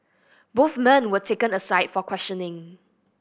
both men were taken aside for questioning